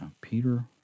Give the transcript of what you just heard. Peter